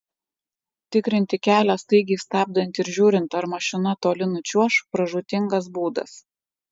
tikrinti kelią staigiai stabdant ir žiūrint ar mašina toli nučiuoš pražūtingas būdas